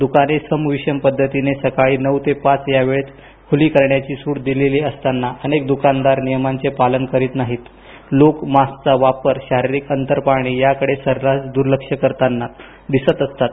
द्काने सम विषम पद्धतीने सकाळी नऊ ते पाच या वेळेत खूली करण्याची सूट दिलेली असताना अनेक दुकानदार नियमांचे पालन करीत नाही लोक मास्कचा वापर शारीरिक अंतर पाळणे याकडे सर्रास दुर्लक्ष करतात